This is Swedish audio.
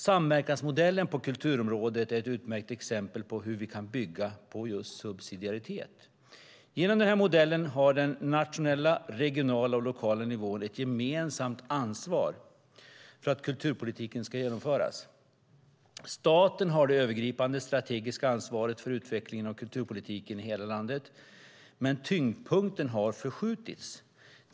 Samverkansmodellen på kulturområdet är ett utmärkt exempel på hur vi kan bygga på just subsidiaritet. Genom den här modellen har den nationella, regionala och lokala nivån ett gemensamt ansvar för att kulturpolitiken ska genomföras. Staten har det övergripande strategiska ansvaret för utvecklingen av kulturpolitiken i hela landet, men tyngdpunkten har förskjutits.